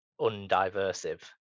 undiversive